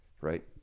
right